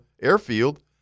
airfield